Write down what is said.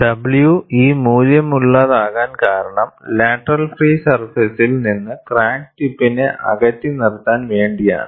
W ഈ മൂല്യമുള്ളതാകാൻ കാരണം ലാറ്ററൽ ഫ്രീ സർഫേസിൽ നിന്ന് ക്രാക്ക് ടിപ്പിനെ അകറ്റി നിർത്താൻ വേണ്ടിയാണ്